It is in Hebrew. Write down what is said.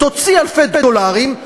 תוציא אלפי דולרים,